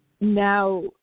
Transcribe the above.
now